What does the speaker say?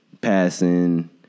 passing